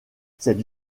cette